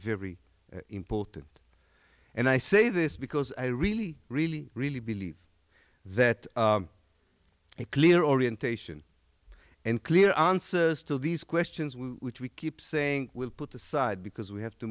very important and i say this because i really really really believe that a clear orientation and clear answers to these questions which we keep saying we'll put aside because we have to